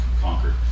conquered